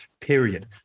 period